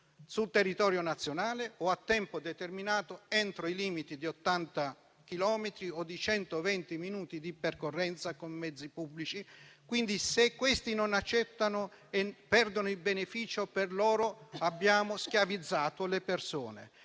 sul territorio nazionale o a tempo determinato entro i limiti di 80 chilometri o di 120 minuti di percorrenza con i mezzi pubblici. Se queste persone non accettano e perdono il beneficio, le abbiamo schiavizzate.